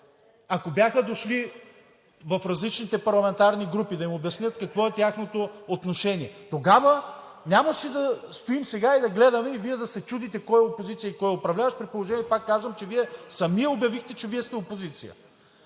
Ако бяха дошли в различните парламентарни групи да им обяснят какво е тяхното отношение, тогава нямаше да стоим сега и да гледаме и Вие да се чудите кой е опозиция и кой е управляващ, при положение че, пак казвам, Вие сами обявихте, че Вие сте опозиция.